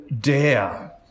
dare